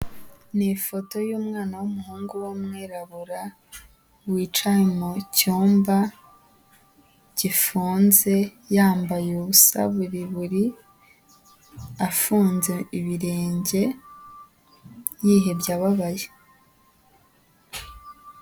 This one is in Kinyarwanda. Ni ifoto y'umwana w'umuhungu w'umwirabura, wicaye mu cyumba gifunze yambaye ubusa buri buri afunze ibirenge yihebye ababaye.